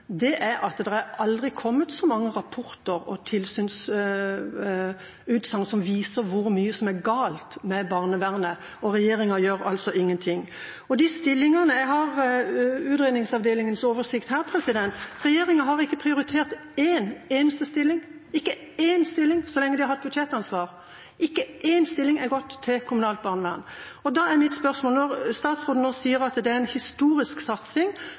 aldri har kommet så mange rapporter og tilsynsutsagn som viser hvor mye som er galt med barnevernet, og regjeringa gjør altså ingenting. Og når det gjelder de stillingene: Jeg har utredningsseksjonens oversikt her. Regjeringa har ikke prioritert en eneste stilling – ikke én stilling – så lenge de har hatt budsjettansvar. Ikke én stilling er gått til kommunalt barnevern. Når statsråden nå sier at det er en «historisk satsing»,